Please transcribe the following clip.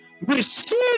Receive